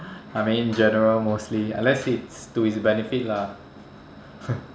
I mean in general mostly unless it's to his benefit lah